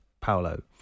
Paolo